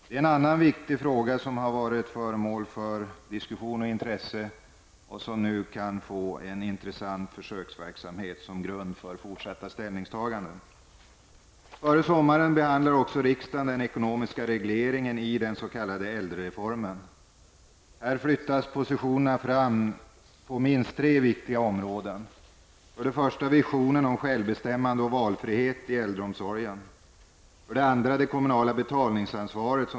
Det är en annan viktig fråga, som har varit föremål för diskussion och intresse och där det nu är möjligt att få en intressant försöksverksamhet som grund för framtida ställningstaganden. Före sommaren behandlar riksdagen också frågan om den ekonomiska regleringen i den s.k. äldrereformen. Här flyttas positionerna fram på minst tre viktiga områden: För det första gäller det visionen om självbestämmande och valfrihet i äldreomsorgen. För det andra handlar det om det kommunala betalningsansvaret.